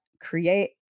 create